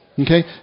Okay